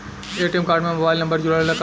ATM card में mobile number जुरेला का?